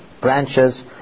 branches